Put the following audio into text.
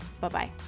Bye-bye